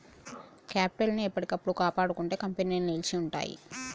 capital ని ఎప్పటికప్పుడు కాపాడుకుంటేనే కంపెనీలు నిలిచి ఉంటయ్యి